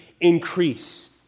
increase